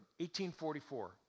1844